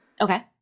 Okay